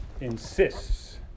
insists